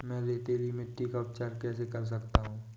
मैं रेतीली मिट्टी का उपचार कैसे कर सकता हूँ?